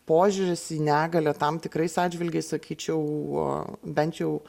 požiūris į negalią tam tikrais atžvilgiais sakyčiau bent jau